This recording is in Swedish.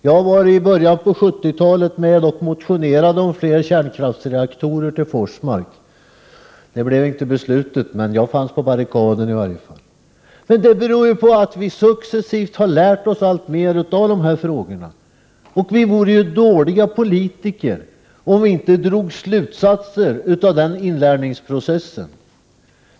Jag var i början av 70-talet med och motionerade om flera kärnkraftsreaktorer till Forsmark. Det fattades inte ett sådant beslut, men jag fanns på barrikaden. Denna utvecklingsfas har inneburit att vi successivt har lärt oss alltmer om dessa frågor, och vi vore dåliga politiker om vi inte drog slutsatser av denna inlärningsprocess.